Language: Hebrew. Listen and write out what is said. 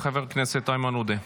חבר הכנסת איימן עודה.